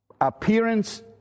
appearance